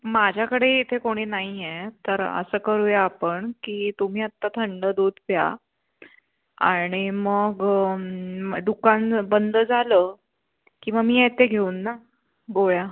माझ्याकडे इथे कोणी नाही आहे तर असं करूया आपण की तुम्ही आत्ता थंड दूध प्या आणि मग दुकान बंद झालं किंवा मी येते घेऊन ना गोळ्या